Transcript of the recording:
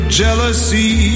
jealousy